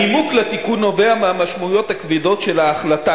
הנימוק לתיקון נובע מהמשמעויות הכבדות של ההחלטה